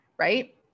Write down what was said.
Right